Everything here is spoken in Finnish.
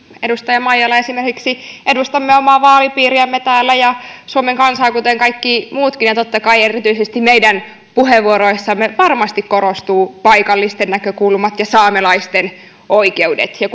edustaja maijala edustamme täällä omaa vaalipiiriämme ja suomen kansaa kuten kaikki muutkin ja totta kai erityisesti meidän puheenvuoroissamme varmasti korostuvat paikallisten näkökulmat ja saamelaisten oikeudet ja